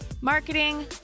marketing